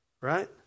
right